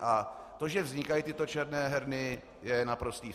A to, že vznikají tyto černé herny, je naprostý .